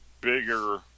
bigger